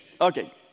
Okay